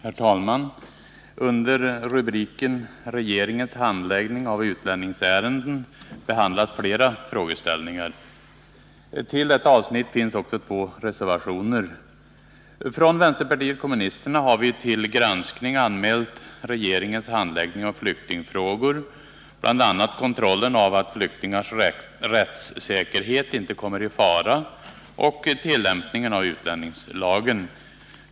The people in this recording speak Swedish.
Herr talman! Under rubriken Regeringens handläggning av utlänningsärenden behandlas flera frågeställningar. Till dessa avsnitt finns också två reservationer. Från vänsterpartiet kommunisterna har vi till granskning anmält regeringens handläggning av flyktingfrågor — bl.a. kontrollen av att flyktingars rättssäkerhet inte kommer i fara och tillämpningen av utlänningslagen.